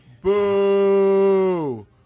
Boo